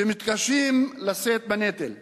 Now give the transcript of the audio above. שמתקשים לשאת בנטל ההוצאות.